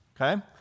okay